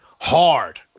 hard